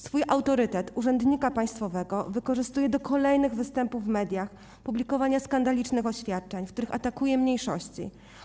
Swój autorytet urzędnika państwowego wykorzystuje do kolejnych występów w mediach, publikowania skandalicznych oświadczeń, w których atakuje mniejszości.